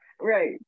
right